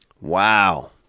Wow